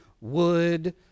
wood